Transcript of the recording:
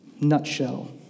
nutshell